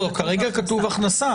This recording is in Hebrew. בחוק העזר כתוב הכנסה.